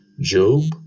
Job